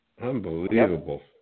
Unbelievable